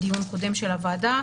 בדיון קודם של הועדה,